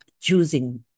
Choosing